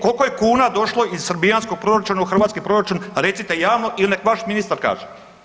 Koliko je kuna došlo iz srbijanskog proračuna u hrvatski proračun recite javno ili neka vaš ministar kaže?